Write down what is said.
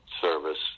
service